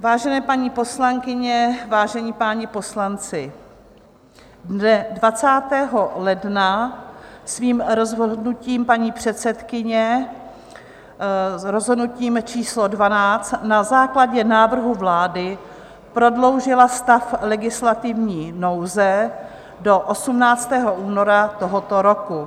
Vážené paní poslankyně, vážení páni poslanci, dne 20. ledna svým rozhodnutím paní předsedkyně, rozhodnutím číslo 12, na základě návrhu vlády prodloužila stav legislativní nouze do 18. února tohoto roku.